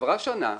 עברה שנה,